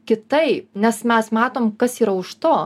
kitaip nes mes matom kas yra už to